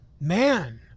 man